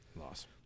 Loss